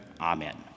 Amen